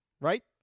Right